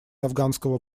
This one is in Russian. афганского